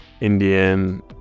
Indian